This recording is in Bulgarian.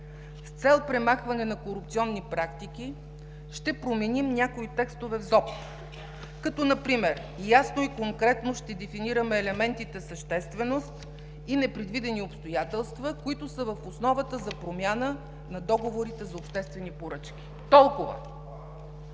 „С цел премахване на корупционни практики ще променим някои текстове в ЗОП, като например ясно и конкретно ще дефинираме елементите „същественост“ и „непредвидени обстоятелства“, които са в основата за промяна на договорите за обществени поръчки“. Толкова!